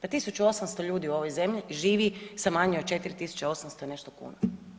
Da 1800 ljudi u ovoj zemlji živi sa manje od 4 800 i nešto kuna.